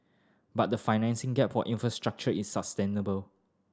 but the financing gap for infrastructure is sustainable